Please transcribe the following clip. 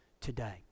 today